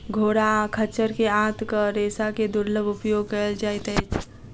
घोड़ा आ खच्चर के आंतक रेशा के दुर्लभ उपयोग कयल जाइत अछि